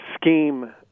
scheme